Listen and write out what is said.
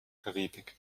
karibik